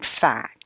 Fact